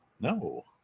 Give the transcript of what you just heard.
no